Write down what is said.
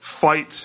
fight